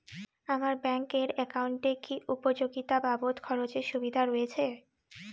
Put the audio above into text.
আমার ব্যাংক এর একাউন্টে কি উপযোগিতা বাবদ খরচের সুবিধা রয়েছে?